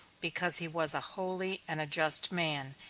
because he was a holy and a just man,